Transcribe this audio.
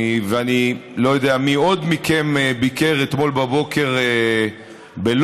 ואני לא יודע מי עוד מכם ביקר אתמול בבוקר בלוד,